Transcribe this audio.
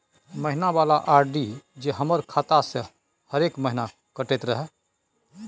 महीना वाला आर.डी जे हमर खाता से हरेक महीना कटैत रहे?